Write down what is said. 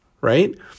right